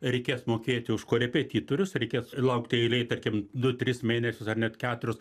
reikės mokėti už korepetitorius reikės laukti eilėj tarkim du tris mėnesius ar net keturis